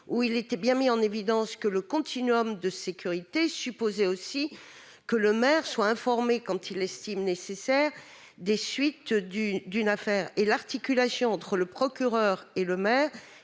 cela était précisé dans ce texte, le continuum de sécurité suppose aussi que le maire soit informé quand il l'estime nécessaire des suites d'une affaire. L'articulation entre le procureur et le maire